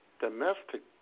domestic